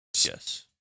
Yes